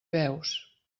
veus